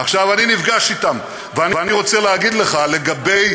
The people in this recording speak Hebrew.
עכשיו, אני נפגש אתם, ואני רוצה להגיד לך לגבי